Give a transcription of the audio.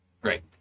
Great